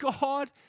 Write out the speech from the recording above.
God